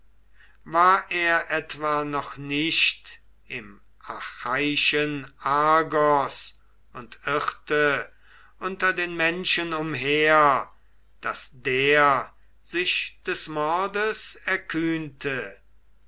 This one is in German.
war er etwa noch nicht im achaiischen argos und irrte unter den menschen umher daß der sich des mordes erkühnte